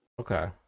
Okay